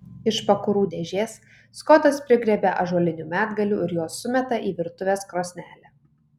iš pakurų dėžės skotas prigriebia ąžuolinių medgalių ir juos sumeta į virtuvės krosnelę